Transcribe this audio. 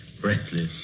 breathless